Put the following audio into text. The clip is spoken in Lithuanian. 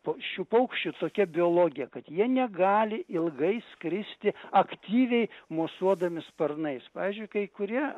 po šių paukščių tokia biologija kad jie negali ilgai skristi aktyviai mosuodami sparnais pavyzdžiui kai kurie